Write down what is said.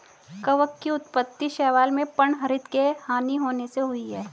कवक की उत्पत्ति शैवाल में पर्णहरित की हानि होने से हुई है